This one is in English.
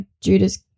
Judas